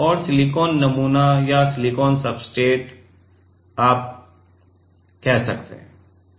और सिलिकॉन नमूना या सिलिकॉन सब्सट्रेट आप बता सकते हैं